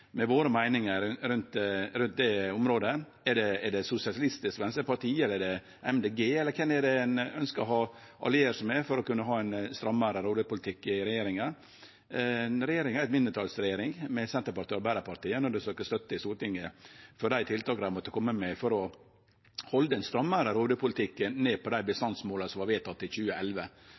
våre meiningar på det området? Er det Sosialistisk Venstreparti, er det Miljøpartiet Dei Grøne, eller kven er det ein ønskjer å alliere seg med for å kunne ha ein strammare rovdyrpolitikk i regjeringa? Regjeringa er ei mindretalsregjering med Senterpartiet og Arbeidarpartiet og må søkje støtte i Stortinget for dei tiltaka dei måtte kome med for å halde ein strammare rovdyrpolitikk og halde seg nede på dei bestandsmåla som vart vedtekne i 2011.